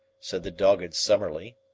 said the dogged summerlee.